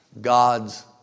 God's